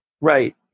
Right